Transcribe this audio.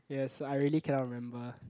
yes I really cannot remember